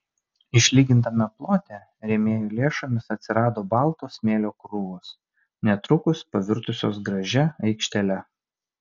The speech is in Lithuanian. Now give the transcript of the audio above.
išlygintame plote rėmėjų lėšomis atsirado balto smėlio krūvos netrukus pavirtusios gražia aikštele